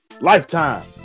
Lifetime